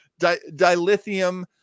dilithium